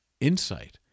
insight